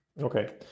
Okay